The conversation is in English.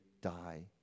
die